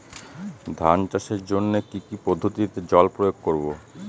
ধান চাষের জন্যে কি কী পদ্ধতিতে জল প্রয়োগ করব?